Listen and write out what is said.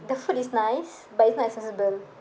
the food is nice but it's not accessible